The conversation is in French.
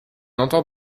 entend